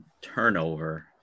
turnover